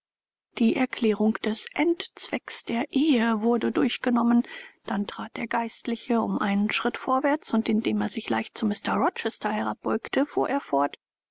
die erklärung des endzwecks der ehe wurde durchgenommen dann trat der geistliche um einen schritt vorwärts und indem er sich leicht zu mr rochester herabbeugte fuhr